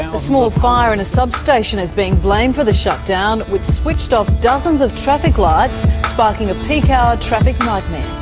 a small fire in a substation is being blamed for the shutdown which switched off dozens of traffic lights, sparking a peak-hour traffic nightmare.